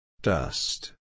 Dust